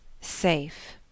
Safe